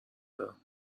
برم